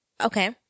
Okay